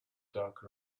dark